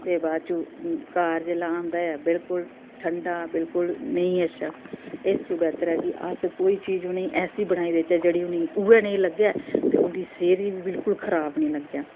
ते बाद च घर जिसलै औंदा ऐ बिल्कुल ठंडा बिल्कुल निं अच्छा इस तूं बैह्तर ऐ कि अस कोई चीज बी निं ऐसी बनाई देह्चै जेह्ड़ी उ'नेंगी उ'ऐ जेही लग्गै ते उं'दी सेह्त गी बी बिल्कुल खराब निं लग्गै